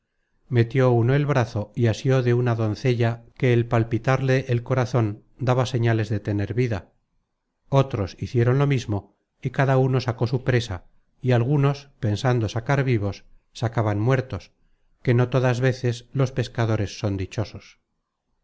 metió uno el brazo y asió de una doncella que el palpitarle el corazon daba señales de tener vida otros hicieron lo mismo y cada uno sacó su presa y algunos pensando sacar vivos sacaban muertos que no todas veces los pescadores son dichosos